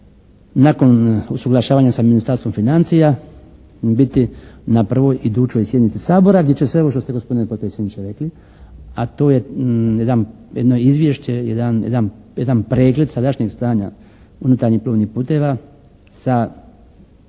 nakon usuglašavanja sa Ministarstvo financija biti na prvoj idućoj sjednici Sabora gdje će sve ovo što ste gospodine potpredsjedniče rekli, a to je jedan, jedno izvješće, jedan pregled sadašnjeg stanja unutarnjih plovnih puteva sa